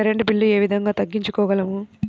Current bill ఏ విధంగా తగ్గించుకోగలము?